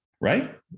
right